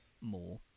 more